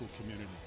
community